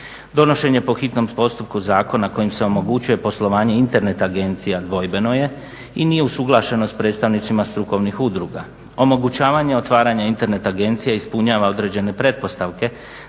Donošenje po hitnom postupku zakona kojim se omogućuje poslovanje Internet agencija dvojbeno je i nije usuglašeno s predstavnicima strukovnih udruga. Omogućavanje otvaranja Internet agencije ispunjava određene pretpostavke